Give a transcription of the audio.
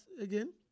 again